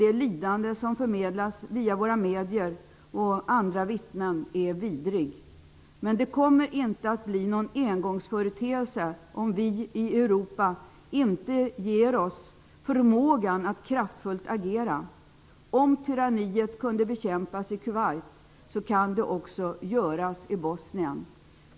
Det lidande som förmedlas via våra medier och anda vittnen är vidrigt. Men detta kommer inte att bli någon engångsföreteelse om vi i Europa inte ger oss förmågan att agera kraftfullt. Om tyranniet kunde bekämpas i Kuwait kan det också bekämpas i Bosnien.